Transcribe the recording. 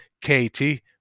Katie